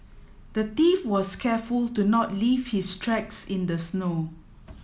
the thief was careful to not leave his tracks in the snow